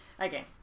Okay